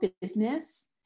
business